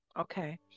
okay